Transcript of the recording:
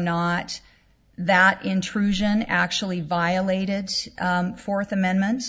not that intrusion actually violated fourth amendment